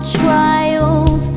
trials